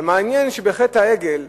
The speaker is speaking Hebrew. ומעניין שבחטא העגל,